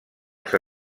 els